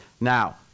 Now